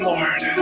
Lord